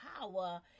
power